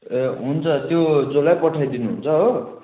ए हुन्छ त्यो जसलाई पठाइ दिनुहुन्छ हो